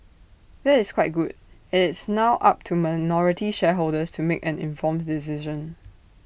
that is quite good IT is now up to minority shareholders to make an informed decision